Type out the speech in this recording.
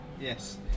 yes